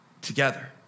Together